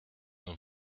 nur